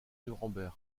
nuremberg